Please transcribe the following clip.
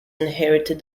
inherited